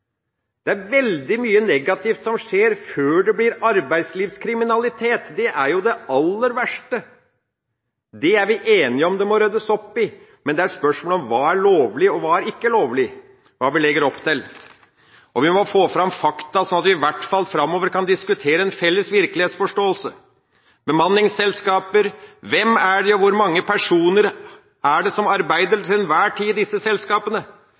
Det er veldig mye negativt som skjer før det blir arbeidslivskriminalitet. Det er jo det aller verste, og det er vi enige om at det må ryddes opp i. Men det er spørsmål om hva som er lovlig, og hva som ikke er lovlig – hva vi legger opp til. Og vi må få fram fakta, slik at vi i hvert fall framover kan diskutere ut fra en felles virkelighetsforståelse. Bemanningsselskaper – hvem er de, og hvor mange personer er det som til enhver tid arbeider i disse selskapene?